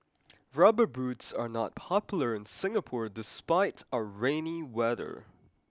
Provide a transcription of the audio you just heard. rubber boots are not popular in Singapore despite our rainy weather